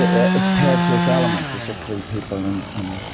it's paired to its elements. it's just three people and. and